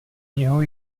něho